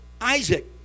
Isaac